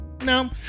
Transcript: no